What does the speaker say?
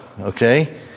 okay